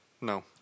No